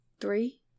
three